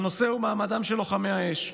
הנושא הוא מעמדם של לוחמי האש.